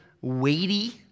weighty